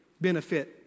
benefit